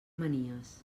manies